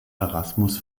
erasmus